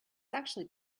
actually